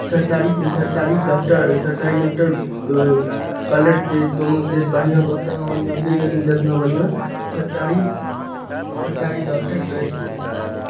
सरतारी सरतारी डाक्टर सरतारी डाक्टर पलट कऽ तोनो चीज बढ़िआँ ओतना बढ़िआँ नहि देखै छथिन जेतना बढ़िआँ थरतारी सरतारी डाक्टर करै छथिन